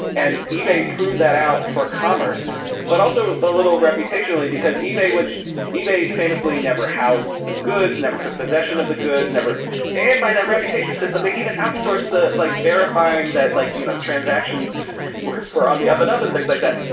and ebay proved that out for commerce, but also a little reputationally, because ebay was ebay famously never housed the goods, never took possession of the goods. and by that reputation system, they even outsourced the like verifying that like you know transactions were on the up-and-up and things like that.